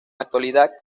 actualidad